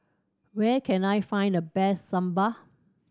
where can I find the best Sambar